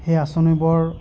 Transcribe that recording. সেই আঁচনিবোৰ